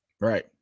Right